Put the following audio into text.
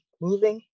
moving